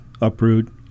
uproot